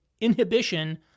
inhibition